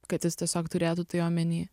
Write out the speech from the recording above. kad jis tiesiog turėtų tai omeny